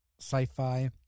sci-fi